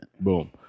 Boom